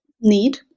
need